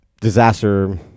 disaster